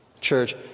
church